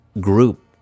group